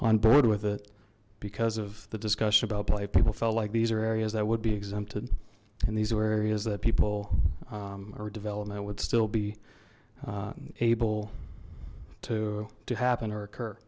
on board with it because of the discussion about play people felt like these are areas that would be exempted and these were areas that people or development would still be able to to happen or occur